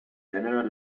general